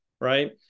right